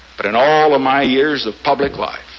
but in all of my years of public life,